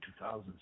2000s